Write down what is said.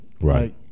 Right